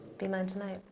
be mine tonight.